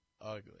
ugly